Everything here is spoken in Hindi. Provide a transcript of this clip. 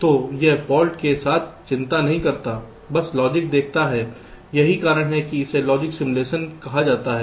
तो यह फाल्ट के साथ चिंता नहीं करता है बस लॉजिक देखता है यही कारण है कि इसे लॉजिक सिमुलेशन कहा जाता है